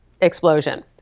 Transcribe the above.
explosion